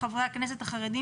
חברי הכנסת החרדים,